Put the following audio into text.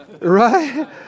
Right